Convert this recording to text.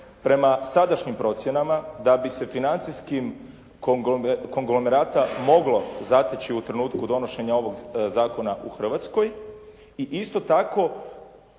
prema sadašnjim procjenama da bi se financijskim konglomerata moglo zateći u trenutku donošenja ovog zakona u Hrvatskoj? I isto tako